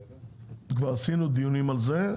כבר עשינו דיונים על זה,